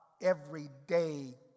everyday